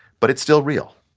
but it's still real.